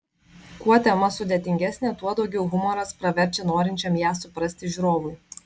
kuo tema sudėtingesnė tuo daugiau humoras praverčia norinčiam ją suprasti žiūrovui